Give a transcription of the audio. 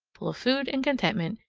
full of food and contentment,